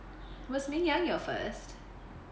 was ming yang your first